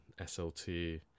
slt